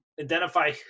identify